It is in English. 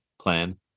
plan